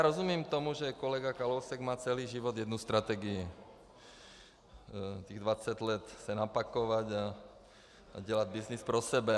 Rozumím tomu, že kolega Kalousek má celý život jednu strategii, těch dvacet let se napakovat a dělat byznys pro sebe.